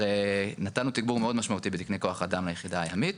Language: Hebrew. כבר נתנו תגבור מאוד משמעותי בתקני כוח האדם ליחידה הימית,